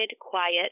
quiet